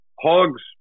hogs